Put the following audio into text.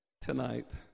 tonight